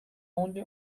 only